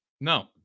No